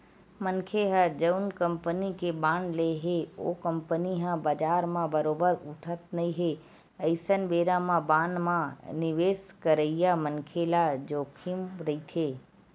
मनखे ह जउन कंपनी के बांड ले हे ओ कंपनी ह बजार म बरोबर उठत नइ हे अइसन बेरा म बांड म निवेस करइया मनखे ल जोखिम रहिथे